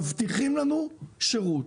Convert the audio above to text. מבטיחים לנו שירות,